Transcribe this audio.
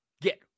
Get